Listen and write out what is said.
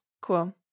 cool